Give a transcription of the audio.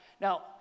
Now